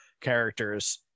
characters